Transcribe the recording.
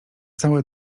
całe